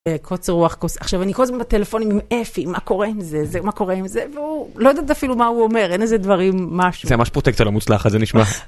קוצר רוח, עכשיו אני כל הזמן בטלפונים עם אפי, מה קורה עם זה, זה, מה קורה עם זה והוא לא יודעת אפילו מה הוא אומר, אין איזה דברים, משהו. זה ממש פרוטקציה לא מוצלחת, זה נשמע.